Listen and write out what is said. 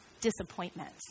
disappointment